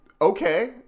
Okay